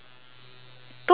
told her dad